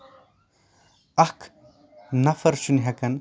اکھ نَفر چھُ نہٕ ہٮ۪کان